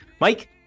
Mike